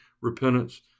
repentance